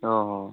ଓ ହୋ